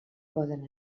poden